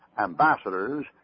ambassadors